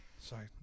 Sorry